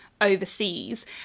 overseas